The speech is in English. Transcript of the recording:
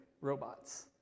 robots